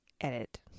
edit